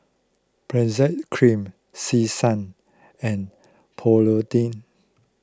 Benzac Cream Selsun and Polident